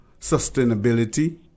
sustainability